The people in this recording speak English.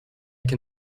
can